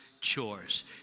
chores